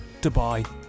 Dubai